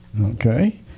Okay